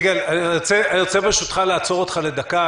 יגאל, ברשותך, אני רוצה לעצור אותך לדקה.